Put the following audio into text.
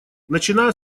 начиная